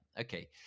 okay